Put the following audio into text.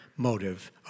motive